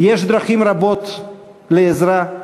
ויש דרכים רבות לקבלת עזרה.